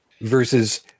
versus